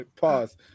Pause